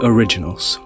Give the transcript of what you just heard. Originals